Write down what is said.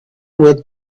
were